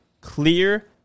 clear